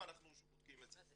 ואנחנו בודקים את זה.